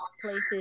places